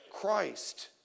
Christ